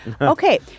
Okay